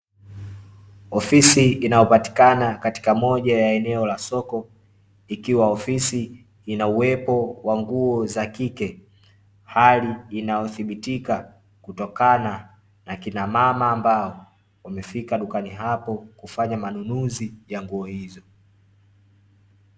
Ofisi inayopatikana katika moja ya eneo la soko, ikiwa ofisi ina uwepo wa nguo za kike, hali inayothibitika kutokana na akina mama ambao wamefika dukani hapo, kufanya manunuzi ya nguo hizo.